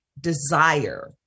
desire